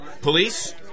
Police